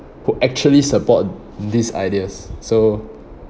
who actually support these ideas so